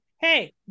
Hey